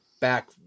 back